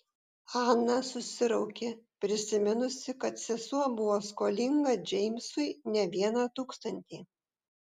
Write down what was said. ana susiraukė prisiminusi kad sesuo buvo skolinga džeimsui ne vieną tūkstantį